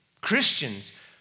Christians